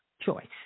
choice